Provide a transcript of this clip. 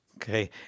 Okay